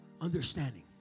Understanding